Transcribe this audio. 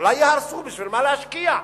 אולי יהרסו, למה להשקיע?